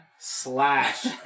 slash